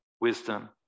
wisdom